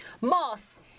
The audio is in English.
Moss